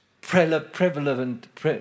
prevalent